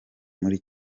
muri